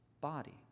body